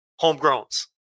homegrowns